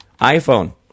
iPhone